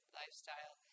lifestyle